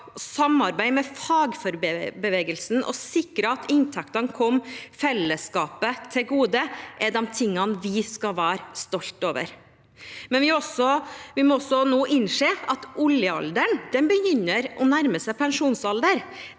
samarbeid med fagbevegelsen på, og sikret at inntektene kom fellesskapet til gode, er ting vi skal være stolt over. Samtidig må vi nå innse at oljealderen begynner å nærme seg pensjonsalderen.